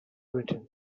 written